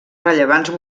rellevants